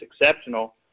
exceptional